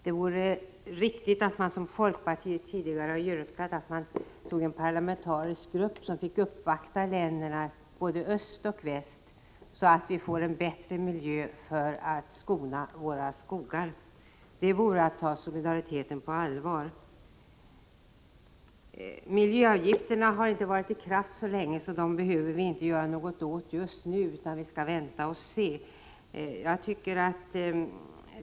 Det vore riktigt, som folkpartiet tidigare har yrkat, att en parlamentarisk grupp finge i uppdrag att uppvakta länder både i öst och väst så att vi får bättre miljö och skonar våra skogar. Det vore att ta solidariteten på allvar. Miljöavgifterna har inte varit i kraft så länge, så dem behöver vi inte göra något åt just nu utan vi skall vänta och se, säger man.